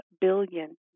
billion